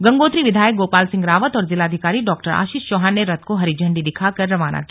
गंगोत्री विधायक गोपाल सिंह रावत और जिलाधिकारी डॉ आशीष चौहान ने रथ को हरी झंडी दिखाकर रवाना किया